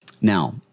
Now